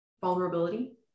vulnerability